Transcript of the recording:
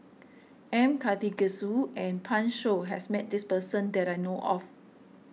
M Karthigesu and Pan Shou has met this person that I know of